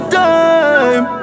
time